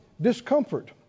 discomfort